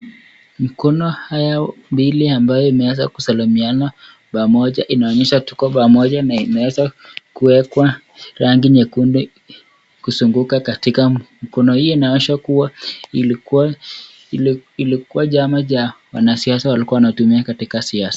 Mikono haya mbili ambayo inaeza kusalimiana pamoja inaonesha tuko pamoja na imeeza kuekwa rangi nyekundu kusunguka katika. Mikono hii inaonesha kua ilikua jama ja wanasiasa walikua wanatumia katika siasa.